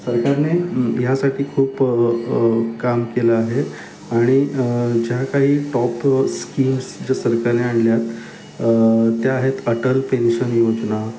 सरकारने ह्यासाठी खूप काम केलं आहे आणि ज्या काही टॉप स्कीम्स ज्या सरकारने आणल्या त्या आहेत अटल पेन्शन योजना